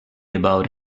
about